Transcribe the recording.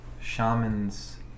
shamans